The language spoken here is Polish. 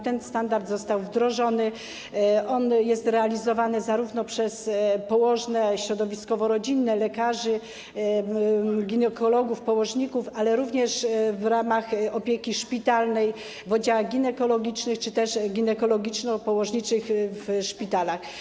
Ten standard został wdrożony i jest realizowany zarówno przez położne środowiskowo-rodzinne, lekarzy ginekologów, położników, jaki i w ramach opieki szpitalnej w oddziałach ginekologicznych czy też ginekologiczno-położniczych w szpitalach.